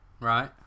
Right